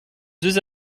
deux